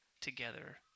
together